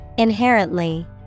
Inherently